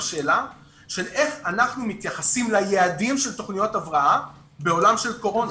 בשאלה של איך אנחנו מתייחסים ליעדים של תוכניות הבראה בעולם של קורונה.